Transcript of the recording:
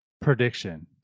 prediction